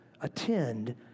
Attend